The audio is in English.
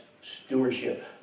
stewardship